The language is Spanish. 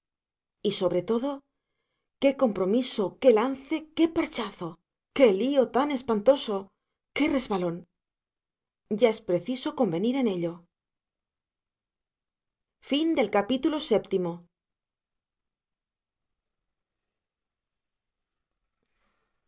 y sobre todo qué compromiso qué lance qué parchazo qué lío tan espantoso qué resbalón ya es preciso convenir en ello